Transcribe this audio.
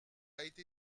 été